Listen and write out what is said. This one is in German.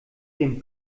dem